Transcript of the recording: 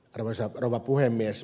arvoisa rouva puhemies